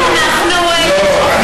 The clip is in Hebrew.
לא,